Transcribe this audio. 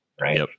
Right